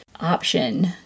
option